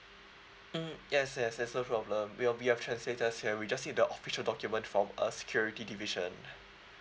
mm yes yes there's no problem well we have translators here we just need the official document from our security division